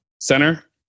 center